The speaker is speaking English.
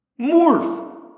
Morph